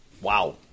Wow